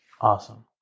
Awesome